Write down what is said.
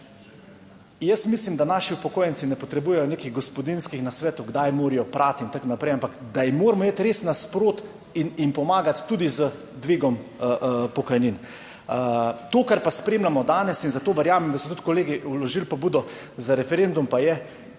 Jaz mislim, da naši upokojenci ne potrebujejo nekih gospodinjskih nasvetov, kdaj morajo prati in tako naprej, ampak da jim moramo iti res naproti, jim pomagati tudi z dvigom pokojnin. To, kar pa spremljamo danes, in zato verjamem, da so tudi kolegi vložili pobudo za referendum, pa je,